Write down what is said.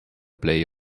play